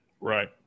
Right